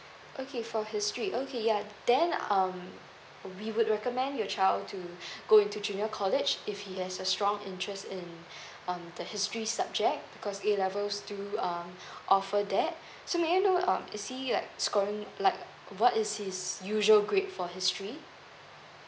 okay for history okay ya then um we would recommend your child to go into junior college if he has a strong interest in um the history subject because A levels do um offer that so may I know um is he like scoring like what is his usual grade for history